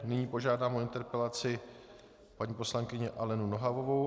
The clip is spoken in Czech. Nyní požádám o interpelaci paní poslankyni Alenu Nohavovou.